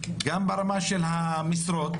גם ברמה של המשרות,